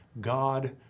God